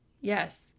Yes